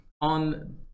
on